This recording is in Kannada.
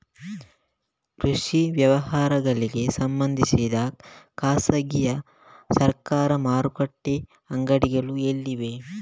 ಕೃಷಿ ವ್ಯವಹಾರಗಳಿಗೆ ಸಂಬಂಧಿಸಿದ ಖಾಸಗಿಯಾ ಸರಕಾರಿ ಮಾರುಕಟ್ಟೆ ಅಂಗಡಿಗಳು ಎಲ್ಲಿವೆ?